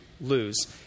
lose